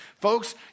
Folks